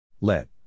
Let